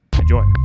enjoy